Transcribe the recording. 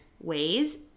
ways